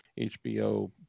HBO